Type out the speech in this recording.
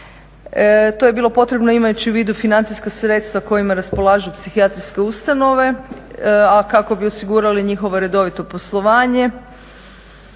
To je bilo potrebno imajući u vidu financijska sredstva kojima raspolažu psihijatrijske ustanove, a kako bi osigurali njihovo redovito poslovanje.